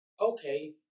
okay